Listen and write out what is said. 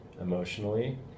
emotionally